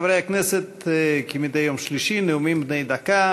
חברי הכנסת, כמדי יום שלישי, נאומים בני דקה.